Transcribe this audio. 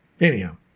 Anyhow